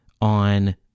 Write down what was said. on